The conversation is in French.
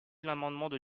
l’amendement